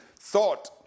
thought